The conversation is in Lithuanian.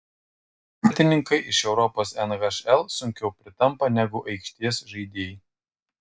vartininkai iš europos nhl sunkiau pritampa negu aikštės žaidėjai